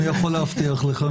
אני יכול להבטיח לך,